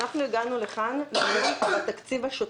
הגענו לכאן לגבי התקציב השוטף.